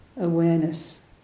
awareness